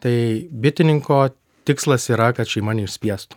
tai bitininko tikslas yra kad šeima neišspiestų